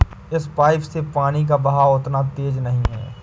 इस पाइप से पानी का बहाव उतना तेज नही है